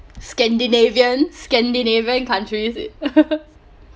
scandinavian scandinavian countries